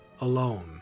alone